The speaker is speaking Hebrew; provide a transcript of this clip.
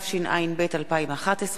התשע"ב 2011,